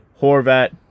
Horvat